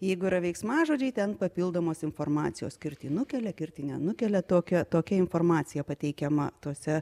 jeigu yra veiksmažodžiai ten papildomos informacijos kirtį nukelia kirtį nenukelia tokia tokia informacija pateikiama tuose